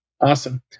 Awesome